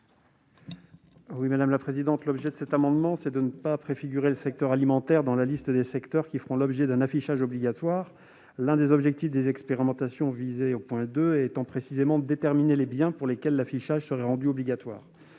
à M. Frédéric Marchand. L'objet de cet amendement est de ne pas faire figurer le secteur alimentaire dans la liste des secteurs qui feront l'objet d'un affichage obligatoire. L'un des objectifs des expérimentations prévues au II de l'article 1 est précisément de déterminer les biens pour lesquels l'affichage sera rendu obligatoire.